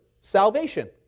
salvation